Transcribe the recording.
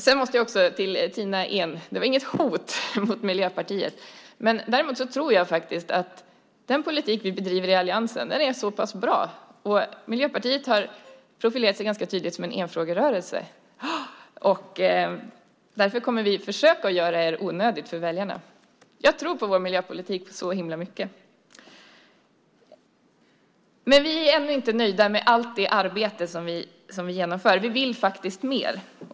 Sedan vill jag vända mig till Tina Ehn. Det var inget hot mot Miljöpartiet jag uttryckte i den förra debatten. Däremot tror jag att den politik vi bedriver i alliansen är så pass bra - Miljöpartiet har ju också ganska tydligt profilerat sig som en enfrågerörelse - att vi kommer att göra er onödiga för väljarna. Jag tror på vår miljöpolitik så himla mycket. Vi är ändå inte nöjda med allt det arbete vi genomför. Vi vill faktiskt mer.